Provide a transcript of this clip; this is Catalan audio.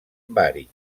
bari